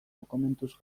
dokumentuz